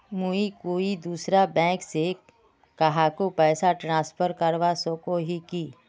मुई कोई दूसरा बैंक से कहाको पैसा ट्रांसफर करवा सको ही कि?